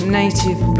native